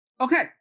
Okay